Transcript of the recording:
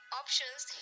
options